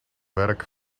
werk